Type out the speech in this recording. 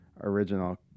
original